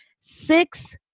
six